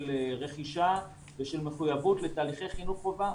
של רכישה ושל מחויבות לתהליכי חינוך חובה.